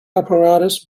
apparatus